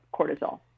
cortisol